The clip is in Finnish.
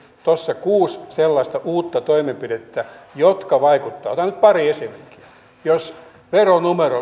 tuossa kuusi sellaista uutta toimenpidettä jotka vaikuttavat otan nyt pari esimerkkiä jos veronumero